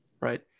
right